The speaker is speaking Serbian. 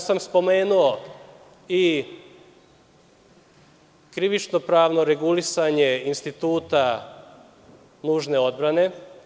Spomenuo sam i krivično pravno regulisanje instituta nužne odbrane.